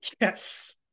Yes